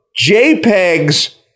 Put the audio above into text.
JPEGs